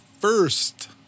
first